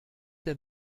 der